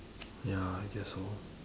ya I guess so